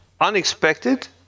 unexpected